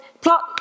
plot